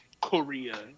Korea